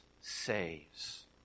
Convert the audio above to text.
saves